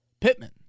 Pittman